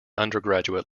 undergraduate